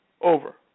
over